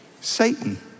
Satan